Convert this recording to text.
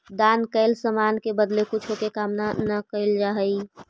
दान कैल समान के बदले कुछो के कामना न कैल जा हई